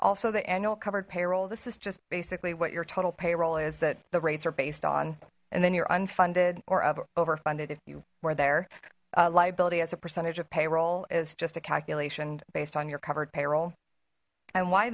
also the annual covered payroll this is just basically what your total payroll is that the rates are based on and then your unfunded or over funded if you were their liability as a percentage of payroll is just a calculation based on your covered payroll and why